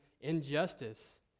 injustice